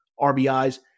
RBIs